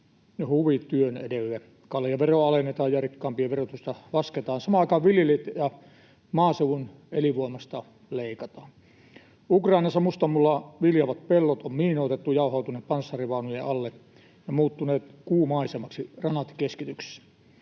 huvi työn edelle: kaljaveroa alennetaan ja rikkaimpien verotusta lasketaan, samaan aikaan viljelijöiltä ja maaseudun elinvoimasta leikataan. Ukrainassa mustan mullan viljavat pellot on miinoitettu. Ne ovat jauhautuneet panssarivaunujen alle ja muuttuneet kuun maisemaksi kranaattikeskityksissä.